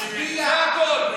זה הכול.